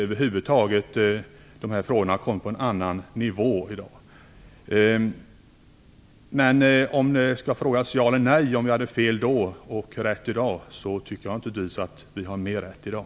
Frågorna har kommit på en annan nivå i dag. Men i fråga om ja eller nej eller om vi hade fel då och rätt i dag, tycker jag naturligtvis att vi har mer rätt i dag.